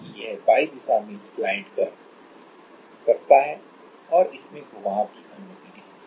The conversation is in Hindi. कि यह Y दिशा में स्लाइड करफिसल सकता है और इसमें घुमाव की अनुमति नहीं है